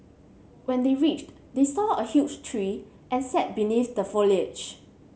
when they reached they saw a huge tree and sat beneath the foliage